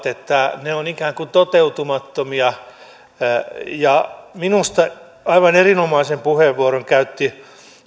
että ne ovat ikään kuin toteutumattomia minusta aivan erinomaisen puheenvuoron käytti